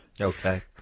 Okay